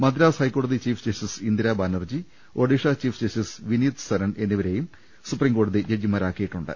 മദ്രാസ് ഹൈക്കോടതി chief justice Indira Banerjee Odisha chief justice Vineet Saran എന്നി വരെയും സുപ്രീംകോടതി ജഡ്ജിമാരാക്കിയിട്ടുണ്ട്